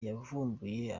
yavumbuye